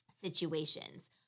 situations